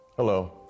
Hello